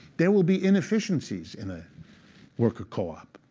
there will be inefficiencies in a worker co-op.